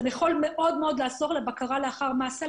זה יכול מאוד לעזור בנושא הבקרה לאחר מענה.